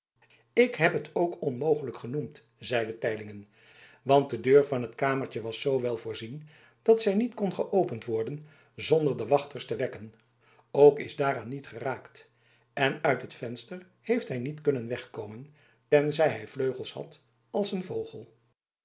ik zelf heb het ook onmogelijk genoemd zeide teylingen want de deur van het kamertje was zoowel voorzien dat zij niet kon geopend worden zonder de wachters te wekken ook is daaraan niet geraakt en uit het venster heeft hij niet kunnen wegkomen tenzij hij vleugels had als een vogel